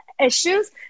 issues